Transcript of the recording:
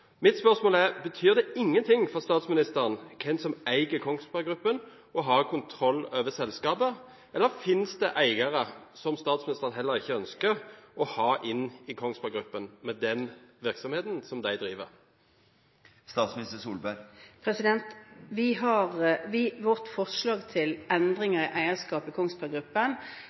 Mitt spørsmål er: Betyr det ingenting for statsministeren hvem som eier Kongsberg Gruppen og har kontroll over selskapet, eller finnes det eiere som heller ikke statsministeren ønsker å ha inn i Kongsberg Gruppen, med den virksomheten de driver? Vårt forslag til endringer i eierskapet i Kongsberg Gruppen